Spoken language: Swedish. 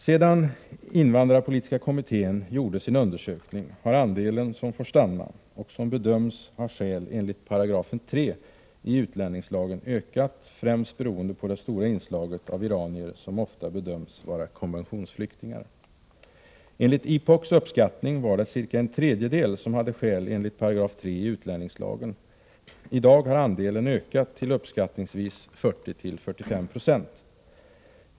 Sedan invandrarpolitiska kommittén gjorde sin undersök ning har andelen som får stanna och som bedöms ha skäl enligt 3§ i utlänningslagen ökat, främst beroende på det stora inslaget av iranier, som ofta bedöms vara konventionsflyktingar. Enligt IPOK:s uppskattning var det cirka en tredjedel som hade skäl enligt 3§ i utlänningslagen. I dag har andelen ökat till uppskattningsvis 40-45 96.